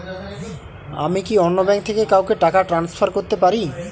আমি কি অন্য ব্যাঙ্ক থেকে কাউকে টাকা ট্রান্সফার করতে পারি?